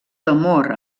temor